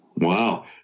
Wow